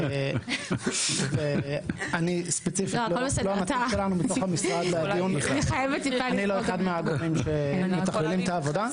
אני לא אחד מהגורמים שמתכללים את העבודה,